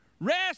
Rest